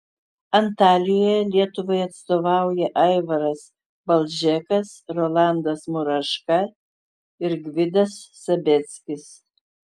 antalijoje lietuvai atstovauja aivaras balžekas rolandas muraška ir gvidas sabeckis